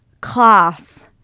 class